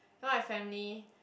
now I family